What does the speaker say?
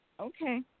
Okay